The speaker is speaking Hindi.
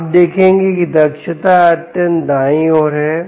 आप देखेंगे कि दक्षता अत्यंत दाई और है